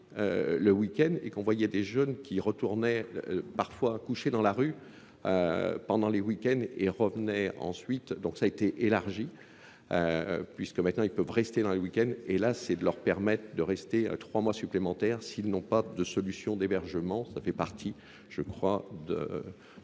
le week-end et qu'on voyait des jeunes qui retournaient parfois coucher dans la rue pendant les week-ends et revenaient ensuite. Donc ça a été élargi puisque maintenant ils peuvent rester dans les week-ends et là c'est de leur permettre de rester trois mois supplémentaires s'ils n'ont pas de solution d'hébergement. Ça fait partie, je crois, du